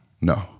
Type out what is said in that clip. No